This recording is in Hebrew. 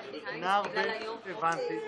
יש 540,000 עצמאים ובעלי עסקים קטנים,